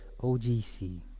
OGC